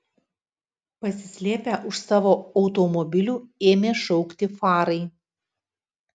pasislėpę už savo automobilių ėmė šaukti farai